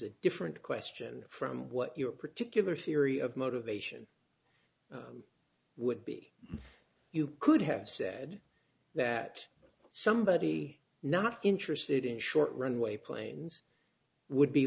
a different question from what your particular theory of motivation would be you could have said that somebody not interested in short runway planes would be